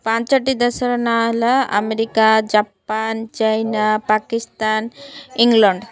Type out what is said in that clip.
ପାଞ୍ଚଟି ଦେଶର ନାଁ ହେଲା America Japan China Pakistan England